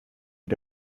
mit